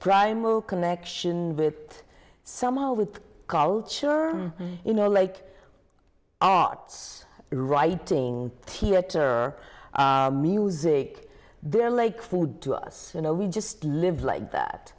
primal connection with some of the culture you know like arts writing theater music they're like food to us you know we just live like that